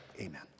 Amen